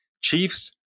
Chiefs